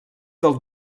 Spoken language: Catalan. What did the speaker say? del